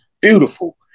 beautiful